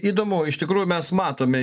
įdomu iš tikrųjų mes matome